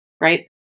right